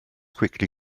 quickly